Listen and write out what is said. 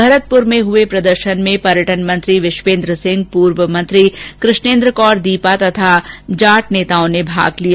भरतपुर में हुए प्रदर्शन में पर्यटन मंत्री विश्वेन्द्र सिंह पूर्व मंत्री कृष्णेन्द्र कौर दीपा तथा अन्य नेताओं ने भाग लिया